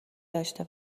داشته